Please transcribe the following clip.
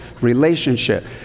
relationship